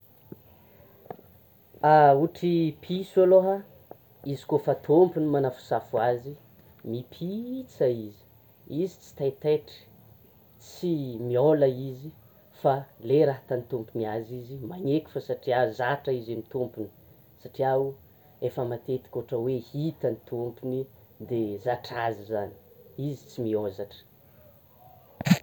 Otry piso aloha, izy koa fa tômpony manafosafo azy, mipitsa izy! Izy tsy taitaitra, tsy miôla izy fa le raha ataon'ny tompony azy izy maneky fao satria zatra izy amin'ny tompony satria efa matetika ohatra hoe itany tômpony de zatra azy zany, izy tsy mihôzatra.